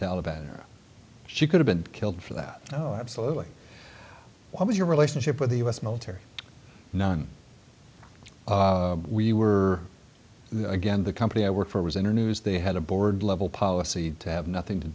taliban she could have been killed for that oh absolutely what was your relationship with the u s military none we were again the company i work for was in our news they had a board level policy to have nothing to